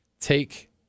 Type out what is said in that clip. take